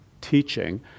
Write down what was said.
teaching